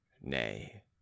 Nay